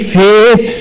faith